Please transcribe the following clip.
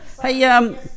Hey